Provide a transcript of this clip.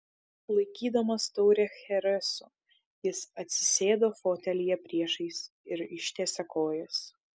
laikydamas taurę chereso jis atsisėdo fotelyje priešais ir ištiesė kojas